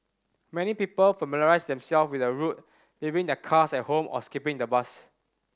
many people familiarised themselves with the route leaving their cars at home or skipping the bus